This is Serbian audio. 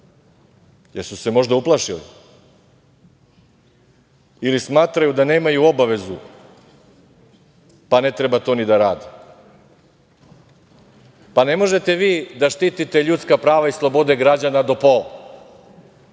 su se možda uplašili ili smatraju da nemaju obavezu pa ne treba to ni da rade? Ne možete vi da štite ljudska prava i slobode građana do pola,